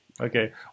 okay